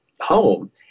home